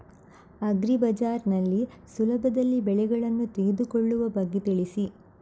agri Bazaar ನಲ್ಲಿ ಸುಲಭದಲ್ಲಿ ಬೆಳೆಗಳನ್ನು ತೆಗೆದುಕೊಳ್ಳುವ ಬಗ್ಗೆ ತಿಳಿಸಿ